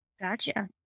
Gotcha